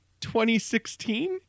2016